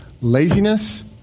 Laziness